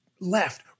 left